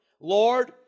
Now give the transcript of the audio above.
Lord